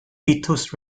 beatles